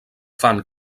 fan